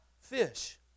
fish